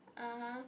(uh huh)